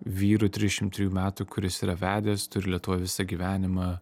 vyru trišim trijų metų kuris yra vedęs ir lietuvoj visą gyvenimą